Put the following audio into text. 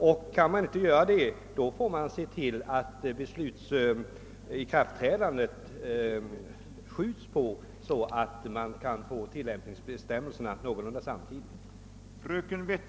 Om så inte är möjligt får man uppskjuta beslutets ikraftträdande så att tillämpningsbestämmelserna kommer någorlunda samtidigt.